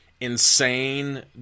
insane